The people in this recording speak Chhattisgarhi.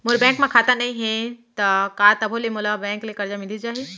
मोर बैंक म खाता नई हे त का तभो ले मोला बैंक ले करजा मिलिस जाही?